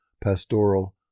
pastoral